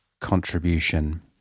contribution